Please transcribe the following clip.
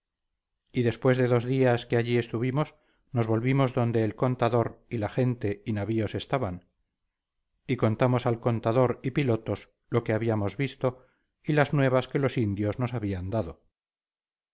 y después de dos días que allí estuvimos nos volvimos donde el contador y la gente y navíos estaban y contamos al contador y pilotos lo que habíamos visto y las nuevas que los indios nos habían dado